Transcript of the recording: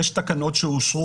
יש תקנות שאושרו,